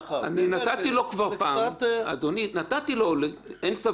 אין סבלנות?